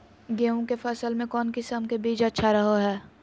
गेहूँ के फसल में कौन किसम के बीज अच्छा रहो हय?